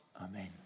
Amen